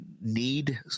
need